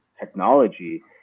technology